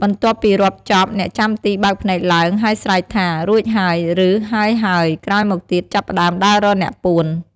បន្ទាប់់ពីរាប់ចប់ អ្នកចាំទីបើកភ្នែកឡើង ហើយស្រែកថា "រួចហើយ" ឬ "ហើយៗ" ក្រោយមកទៀត ចាប់ផ្ដើមដើររកអ្នកពួន។